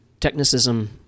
technicism